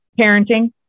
Parenting